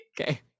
Okay